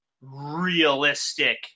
realistic